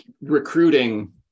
recruiting